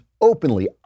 openly